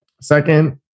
second